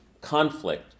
conflict